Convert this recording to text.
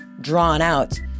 drawn-out